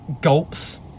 gulps